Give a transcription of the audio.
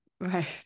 Right